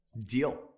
deal